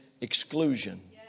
exclusion